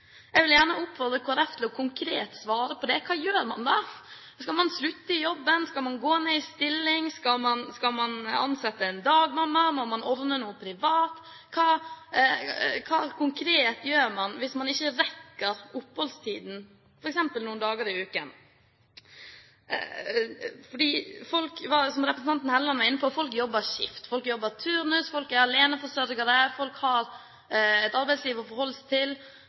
Jeg vil gjerne oppfordre Kristelig Folkeparti til å svare konkret på det: Hva gjør man da? Skal man slutte i jobben, skal man gå ned i stilling, skal man ansette en dagmamma, eller må man ordne noe privat? Hva konkret gjør man hvis man ikke rekker oppholdstiden f.eks. noen ganger i uken? Det er som representanten Hofstad Helleland var inne på, folk jobber skift, folk jobber turnus, folk er aleneforsørgere, folk har et arbeidsliv å forholde seg til,